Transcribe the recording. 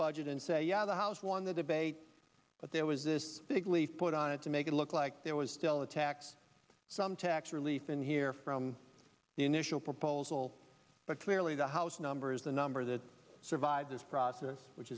budget and say yeah the house won the debate but there was this big leaf put on it to make it look like there was still a tax some tax relief in here from the initial proposal but clearly the house number is the number that survive this process which